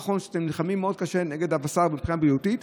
נכון שאתם נלחמים מאוד קשה נגד הבשר מבחינה בריאותית,